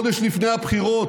חודש לפני הבחירות,